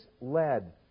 led